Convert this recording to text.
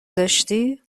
داشتی